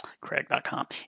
Craig.com